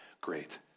great